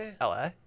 LA